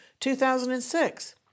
2006